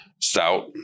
Stout